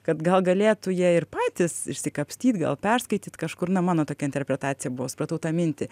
kad gal galėtų jie ir patys išsikapstyt gal perskaityt kažkur na mano tokia interpretacija buvo supratau tą mintį